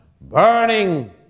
burning